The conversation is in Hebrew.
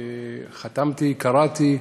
חתמתי, קראתי,